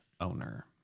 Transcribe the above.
owner